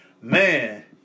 man